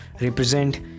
represent